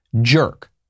jerk